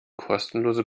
kostenlose